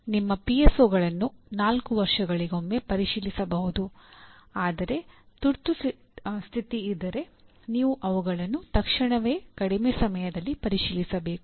ನಿಮ್ಮ ಪಿಎಸ್ಒಗಳನ್ನು4 ವರ್ಷಗಳಿಗೊಮ್ಮೆ ಪರಿಶೀಲಿಸಬಹುದು ಆದರೆ ತುರ್ತುಸ್ಥಿತಿ ಇದ್ದರೆ ನೀವು ಅವುಗಳನ್ನು ತಕ್ಷಣವೇ ಕಡಿಮೆ ಸಮಯದಲ್ಲಿ ಪರಿಶೀಲಿಸಬೇಕು